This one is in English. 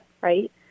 Right